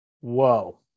whoa